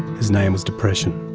his name was depression